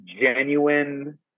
genuine